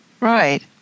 Right